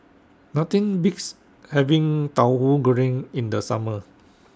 Nothing Beats having Tahu Goreng in The Summer